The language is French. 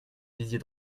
disiez